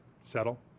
settle